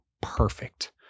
perfect